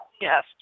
Yes